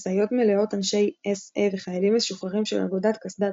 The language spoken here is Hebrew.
משאיות מלאות אנשי אס אה וחיילים משוחררים של אגודת "קסדת